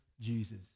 Jesus